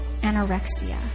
anorexia